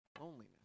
loneliness